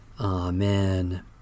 Amen